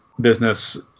business